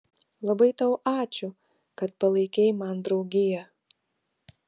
labai tau ačiū kad palaikei man draugiją